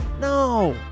No